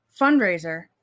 fundraiser